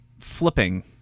flipping